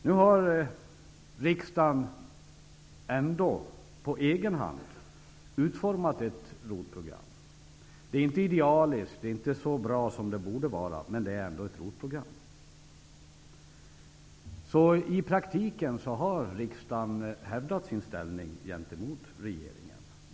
Nu har riksdagen ändå, på egen hand, utformat ett ROT-program. Det är inte idealiskt. Det är inte så bra som det borde vara, men det är ändå ett ROT program. Så i praktiken har riksdagen hävdat sin ställning gentemot regeringen.